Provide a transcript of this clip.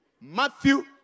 Matthew